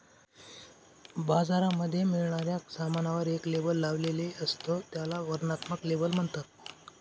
बाजारामध्ये मिळणाऱ्या सामानावर एक लेबल लावलेले असत, त्याला वर्णनात्मक लेबल म्हणतात